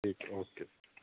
ਠੀਕ ਹੈ ਜੀ ਓਕੇ ਜੀ